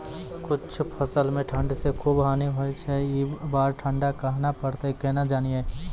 कुछ फसल मे ठंड से खूब हानि होय छैय ई बार ठंडा कहना परतै केना जानये?